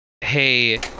hey